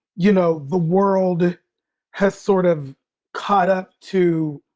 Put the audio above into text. you know, the world has sort of caught up to